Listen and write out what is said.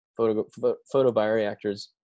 photobioreactors